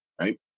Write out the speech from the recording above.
Right